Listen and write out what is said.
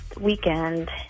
weekend